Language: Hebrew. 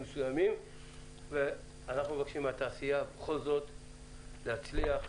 מבקשים מהתעשייה להצליח,